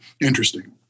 interesting